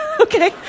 Okay